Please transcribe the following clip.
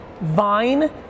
Vine